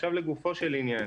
עכשיו לגופו של עניין.